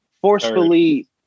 forcefully